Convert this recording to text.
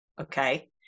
Okay